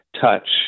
touch